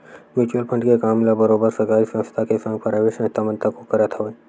mutual fund के काम ल बरोबर सरकारी संस्था के संग पराइवेट संस्था मन तको करत हवय